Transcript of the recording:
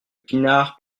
pinard